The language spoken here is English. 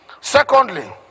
Secondly